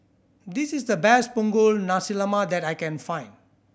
this is the best Punggol Nasi Lemak that I can find